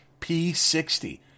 P60